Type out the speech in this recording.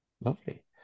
lovely